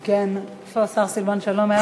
כן, איפה השר סילבן שלום, היה פה?